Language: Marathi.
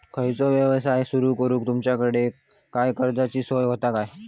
खयचो यवसाय सुरू करूक तुमच्याकडे काय कर्जाची सोय होता काय?